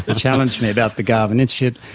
ah challenged me about the garvan institute.